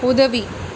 உதவி